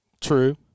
True